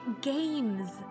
Games